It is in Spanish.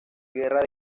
guerra